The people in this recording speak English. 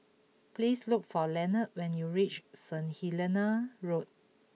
please look for Leonard when you reach Saint Helena Road